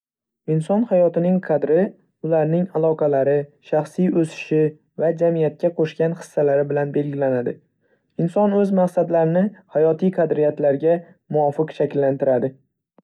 Inson hayotining qadri ularning aloqalari, shaxsiy o‘sishi va jamiyatga qo‘shgan hissalari bilan belgilanadi. Inson o‘z maqsadlarini hayotiy qadriyatlarga muvofiq shakllantiradi.